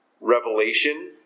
revelation